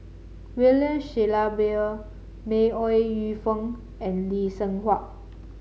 William Shellabear May Ooi Yu Fen and Lee Seng Huat